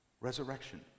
resurrection